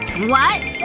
what?